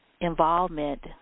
involvement